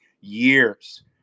years